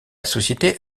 société